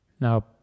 Now